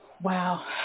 Wow